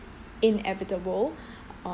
inevitable